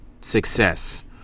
success